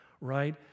Right